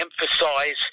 emphasize